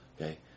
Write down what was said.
Okay